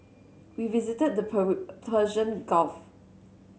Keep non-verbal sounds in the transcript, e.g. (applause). we visited the (unintelligible) Persian Gulf